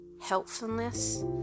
helpfulness